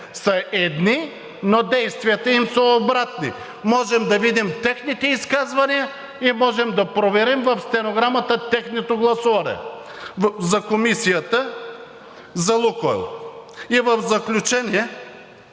са едни, но действията им са обратни. Можем да видим техните изказвания и можем да проверим в стенограмата тяхното гласуване за Комисията за „Лукойл“. В заключение,